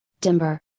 Timber